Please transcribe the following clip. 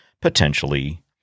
potentially